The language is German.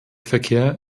verkehr